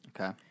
Okay